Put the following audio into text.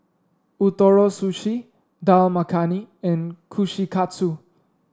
Ootoro Sushi Dal Makhani and Kushikatsu